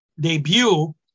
debut